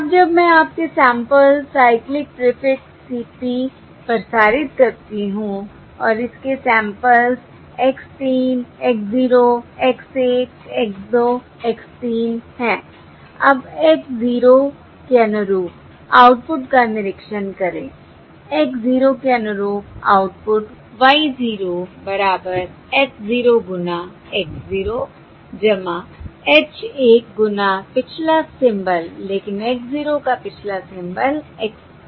अब जब मैं आपके सैंपल्स साइक्लिक प्रीफिक्स CP प्रसारित करती हूं और इसके samples x 3 x 0 x 1 x 2 x 3 हैं अब x 0 के अनुरूप आउटपुट का निरीक्षण करें x 0 के अनुरूप आउटपुट y 0 बराबर h 0 गुना x 0 h 1 गुना पिछला सिंबल लेकिन x 0 का पिछला सिंबल x 3 है